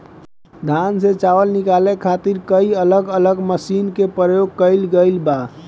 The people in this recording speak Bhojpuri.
धान से चावल निकाले खातिर कई अलग अलग मशीन के प्रयोग कईल गईल बा